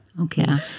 Okay